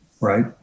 right